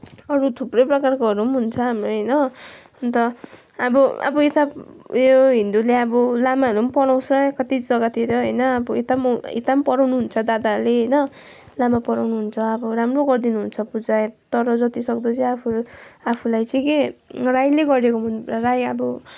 अरू थुप्रै प्रकारकोहरू पनि हुन्छ हाम्रो होइन अन्त अब अब यता यो हिन्दुले अब लामाहरू पनि पढाउँछ कति जग्गातिर होइन अब यता पनि यता पनि पढाउनुहुन्छ दादाहरूले होइन लामा पढाउनुहुन्छ अब राम्रो गरिदिनुहुन्छ पूजा तर जतिसक्दो चाहिँ आफू आफूलाई चाहिँ के राईले गरेको राई अब